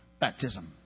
baptism